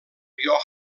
rioja